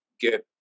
get